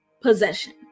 possession